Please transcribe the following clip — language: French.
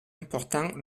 important